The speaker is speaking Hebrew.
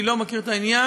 אני לא מכיר את העניין,